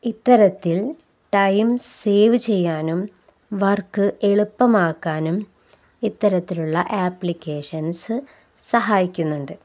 ഇത്തരത്തിൽ time save ചെയ്യാനും work എളുപ്പമാക്കാനും ഇത്തരത്തിലുള്ള ആപ്ലിക്കേഷൻസ് സഹായിക്കുന്നുണ്ട്